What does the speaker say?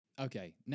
Okay